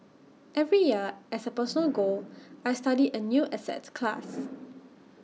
every year as A personal goal I study A new asset class